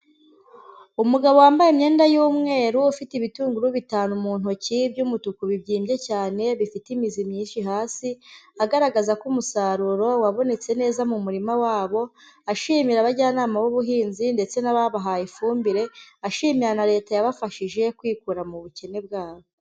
Umugabo wambaye imyenda y'umweru ufite ibitunguru bitanu mu ntoki by'umutuku bibyimbye cyane bifite imizi myinshi hasi, agaragaza ko umusaruro wabonetse neza mu murima wabo, ashimira abajyanama b'ubuhinzi ndetse n'ababahaye ifumbire, ashimira na leta yabafashije kwikura mu bukene bwabo.